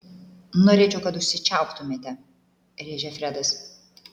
norėčiau kad užsičiauptumėte rėžia fredas